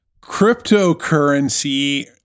Cryptocurrency